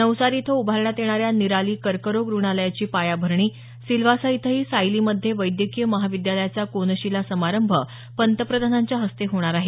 नवसारी इथं उभारण्यात येणाऱ्या निराली कर्करोग रुग्णालयाची पायाभरणी सिल्व्हासा इथंही सायलीमधे वैद्यकीय महाविद्यालयाचा कोनशिला समारंभ पंतप्रधानांच्या हस्ते होणार आहे